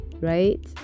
right